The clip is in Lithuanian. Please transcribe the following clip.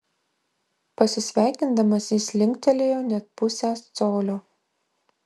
pasisveikindamas jis linktelėjo net pusę colio